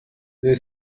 they